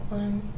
one